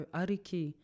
ariki